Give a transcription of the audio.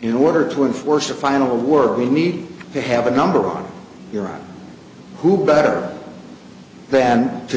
in order to enforce a final work we need to have a number on your own who better than to